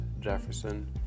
Jefferson